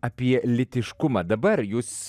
apie lytiškumą dabar jūs